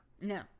No